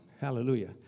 Hallelujah